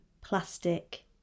plastic